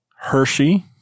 Hershey